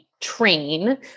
train